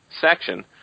section